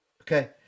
Okay